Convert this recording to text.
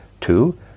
Two